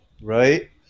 right